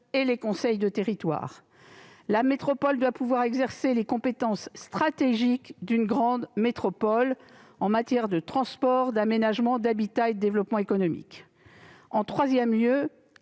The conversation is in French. et les conseils de territoire. La métropole doit pouvoir exercer les compétences stratégiques d'une grande métropole en matière de transport, d'aménagement, d'habitat et de développement économique. En troisième lieu,